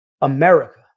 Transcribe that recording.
America